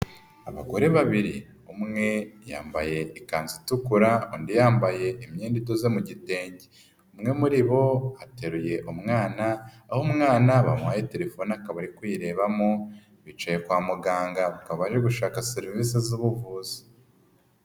Abagore babiri umwe yambaye ikanzu itukura, undi yambaye imyenda itoze mu gitenge, umwe muri bo ateruye umwana, aho umwana bamuhaye telefoni akaba ari kuyirebamo, bicaye kwa muganga bakaba bari gushaka serivisi z'ubuvuzi.